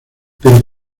pero